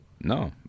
No